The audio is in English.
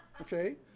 okay